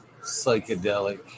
Psychedelic